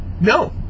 No